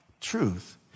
truth